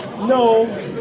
No